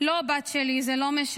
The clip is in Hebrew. לא, בת שלי, זה לא משנה.